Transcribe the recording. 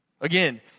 Again